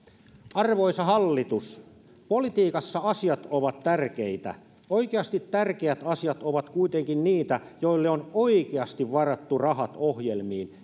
arvoisa hallitus politiikassa asiat ovat tärkeitä oikeasti tärkeät asiat ovat kuitenkin niitä joille on oikeasti varattu rahat ohjelmiin